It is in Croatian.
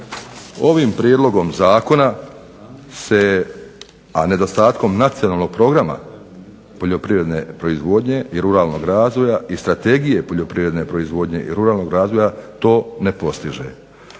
ovim prijedlogom zakona, a nedostatkom nacionalnog programa poljoprivredne proizvodnje i ruralnog razvoja i Strategije poljoprivredne proizvodnje i ruralnog razvoja to ne postiže.